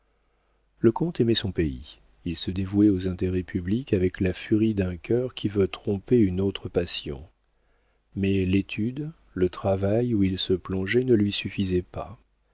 le comte aimait son pays il se dévouait aux intérêts publics avec la furie d'un cœur qui veut tromper une autre passion mais l'étude le travail où il se plongeait ne lui suffisaient pas